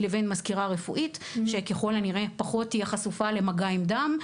לבין מזכירה רפואית שככל הנראה תהיה פחות חשופה למגע עם דם,